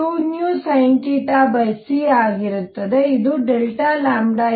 ಆದ್ದರಿಂದ ಇದು 2vsinθcಆಗಿರುತ್ತದೆ